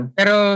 pero